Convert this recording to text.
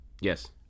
Yes